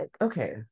Okay